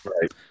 Right